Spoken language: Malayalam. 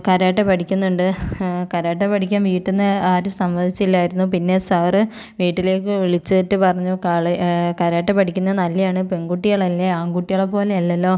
കരാട്ടെ പഠിക്കുന്നുണ്ട് കരാട്ടെ പഠിക്കാൻ വീട്ടിൽ നിന്ന് ആരും സമ്മതിച്ചില്ലായിരുന്നു പിന്നെ സാർ വീട്ടിലേക്ക് വിളിച്ചിട്ടു പറഞ്ഞു കള കരാട്ടെ പഠിക്കുന്നത് നല്ലതാണ് പെൺകുട്ടികൾ അല്ലേ ആൺകുട്ടികളെ പോലെ അല്ലാലോ